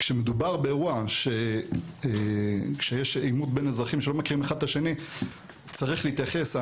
כשמדובר באירוע שיש בו עימות בין אזרחים שלא מכירים זה את זה נקודת המוצא